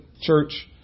church